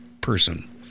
person